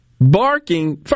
Barking